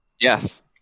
Yes